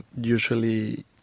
usually